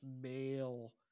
male